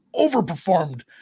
overperformed